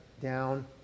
down